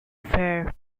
fair